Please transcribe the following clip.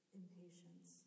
impatience